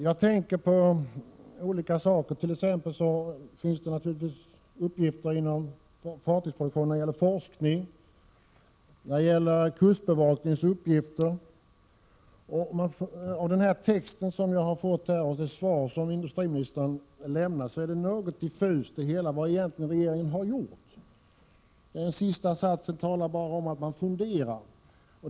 Jag tänker på t.ex. uppgifter inom fartygsproduktionen när det gäller forskningen och kustbevakningens uppgifter. Det svar som jag har fått av industriministern är något diffust när det gäller vad regeringen egentligen har gjort. I det sista stycket i svaret talas det bara om att man på regeringskansliet funderar.